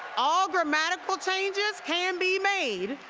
all grammatical changes can be made.